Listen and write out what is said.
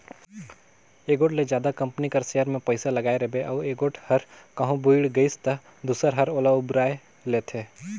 एगोट ले जादा कंपनी कर सेयर में पइसा लगाय रिबे अउ एगोट हर कहों बुइड़ गइस ता दूसर हर ओला उबाएर लेथे